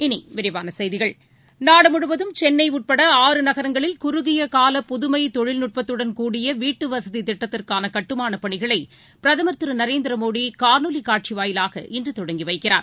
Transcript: இனிவிரிவானசெய்திகள் நாடுமுழுவதும் சென்னைட்பட ஆறு நகரங்களில் குறுகியகால புதுமைதொழில்நுட்பத்துடன் கூடிய வீட்டுவசதிதிட்டத்திற்கானகட்டுமானபணிகளைபிரதமர் நரேந்திரமோடிகாணொலிகாட்சிவாயிலாக திரு இன்றதொடங்கிவைக்கிறார்